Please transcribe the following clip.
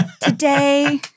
today